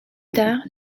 tard